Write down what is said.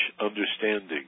understanding